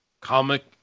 comic